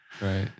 Right